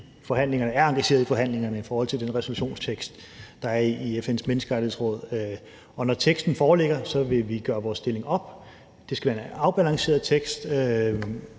selvfølgelig er engageret i forhandlingerne om den resolutionstekst i FN's Menneskerettighedsråd. Og når teksten foreligger, vil vi gøre vores stilling op. Det skal være en afbalanceret tekst.